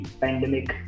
pandemic